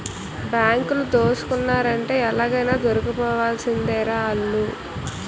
బాంకులు దోసుకున్నారంటే ఎలాగైనా దొరికిపోవాల్సిందేరా ఆల్లు